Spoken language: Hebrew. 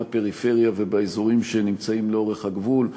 הפריפריה ובאזורים שנמצאים לאורך הגבול,